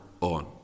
on